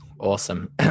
Awesome